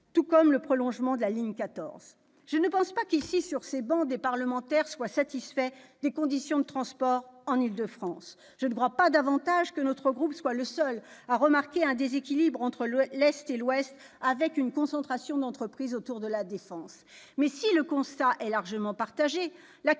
de même du prolongement de la ligne 14. Je ne pense pas qu'un seul sénateur ici présent soit satisfait des conditions de transports dans la région Île-de-France. Je ne crois pas davantage que notre groupe soit le seul à remarquer un déséquilibre entre l'est et l'ouest, avec une concentration d'entreprises autour de La Défense. Si le constat est largement partagé,